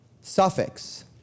suffix